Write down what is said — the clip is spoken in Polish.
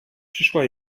przyszła